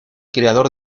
creador